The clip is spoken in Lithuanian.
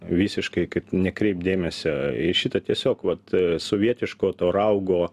visiškai nekreipt dėmesio į šitą tiesiog vat sovietiško to raugo